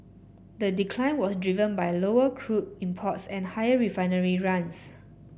the decline was driven by lower crude imports and higher refinery runs